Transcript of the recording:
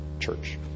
church